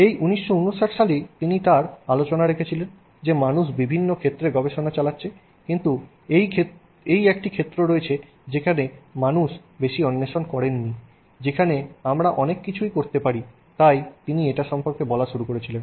এই 1959 সালেই তিনি তার আলোচনা রেখেছিলেন যে মানুষ বিভিন্ন ক্ষেত্রে গবেষণা চালাচ্ছে কিন্তু এই একটি ক্ষেত্র রয়েছে যেখানে মানুষ বেশি অন্বেষণ করেনি যেখানে আমরা অনেক কিছুই করতে পারি তাই তিনি এটা সম্পর্কে বলা শুরু করেছিলেন